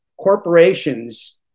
corporations